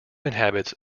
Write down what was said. inhabits